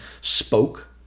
spoke